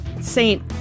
saint